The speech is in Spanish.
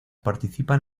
participan